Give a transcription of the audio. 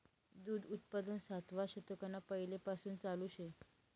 दूध उत्पादन सातवा शतकना पैलेपासून चालू शे